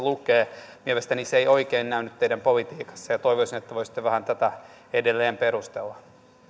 lukee mielestäni se ei oikein näy nyt teidän politiikassanne ja toivoisin että voisitte vähän tätä edelleen perustella